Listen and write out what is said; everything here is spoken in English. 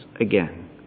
again